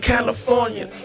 California